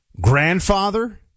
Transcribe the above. Grandfather